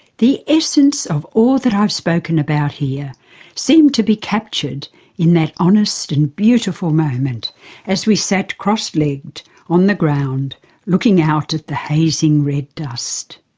the essence of all that i've spoken about here seemed to be captured in that honest and beautiful moment as we sat cross-legged on the ground gazing out at the hazing red dust.